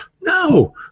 No